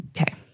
Okay